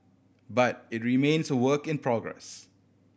but it remains a work in progress